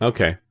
Okay